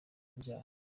kubyara